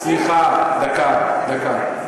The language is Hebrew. סליחה, דקה.